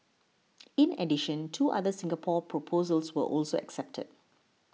in addition two other Singapore proposals were also accepted